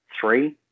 three